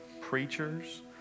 preachers